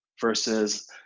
Versus